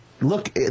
look